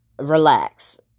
relax